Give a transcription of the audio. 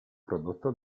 prodotto